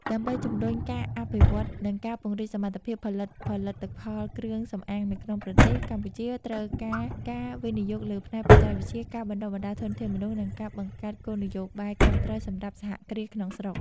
ដើម្បីជំរុញការអភិវឌ្ឍន៍ និងការពង្រីកសមត្ថភាពផលិតផលិតផលគ្រឿងសម្អាងនៅក្នុងប្រទេស កម្ពុជាត្រូវការការវិនិយោគលើផ្នែកបច្ចេកវិទ្យា ការបណ្ដុះបណ្ដាលធនធានមនុស្ស និងការបង្កើតគោលនយោបាយគាំទ្រសម្រាប់សហគ្រាសក្នុងស្រុក។